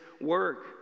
work